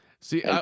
See